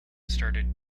started